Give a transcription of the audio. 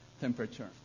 temperature